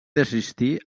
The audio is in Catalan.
desistir